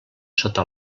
sota